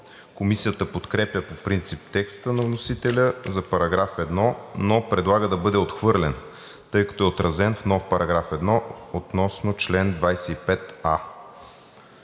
Комисията подкрепя по принцип текста на вносителя за § 1, но предлага да бъде отхвърлен, тъй като е отразен в нов § 1 относно чл. 25а.